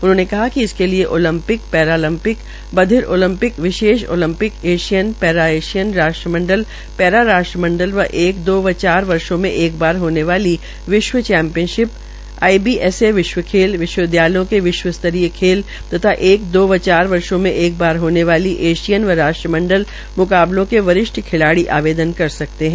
उन्होंने कहा िक इसके लिये ओलपिंक पैरा ओलपिंक बधिर ओलपिंक विशेष ओलपिक एशियन पैरा एशियन राष्ट्रमंडल पैरा राष्ट्रमंडल व एक दो व चार वर्षो में एक बार होने वाले विश्व champion I B S A विश्व स्तरीय खेल तथा एक दो व चार वर्षो में एक बार होने वाली एशियन व राष्ट्रमंडल म्काबले में वरिष्ठ खिलाड़ी आवेदन कर सकते है